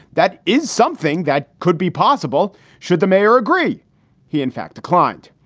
that is something that could be possible. should the mayor agree he, in fact, declined.